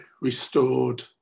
restored